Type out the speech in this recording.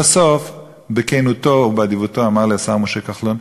לבסוף, בכנותו ובאדיבותו, אמר לי השר משה כחלון: